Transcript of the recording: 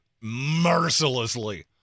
mercilessly